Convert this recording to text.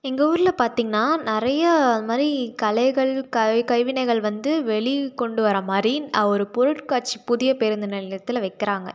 எங்கள் ஊரில் பார்த்தீங்கன்னா நிறைய அது மாதிரி கலைகள் கை கைவினைகள் வந்து வெளிக்கொண்டு வர மாதிரி ஒரு பொருட்காட்சி புதிய பேருந்து நிலையத்தில் வெக்கிறாங்க